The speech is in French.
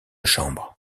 chambre